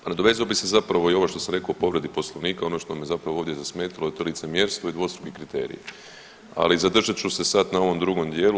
Pa nadovezao bih se zapravo i ovo što sam rekao u povredi poslovnika ono što me zapravo ovdje zasmetalo to licemjerstvo i dvostruki kriteriji, ali zadržat ću se sad na ovom drugom dijelu.